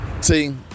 See